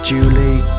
Julie